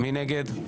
מי נגד?